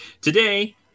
Today